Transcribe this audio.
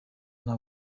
nta